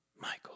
Michael